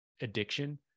addiction